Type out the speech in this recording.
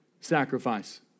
sacrifice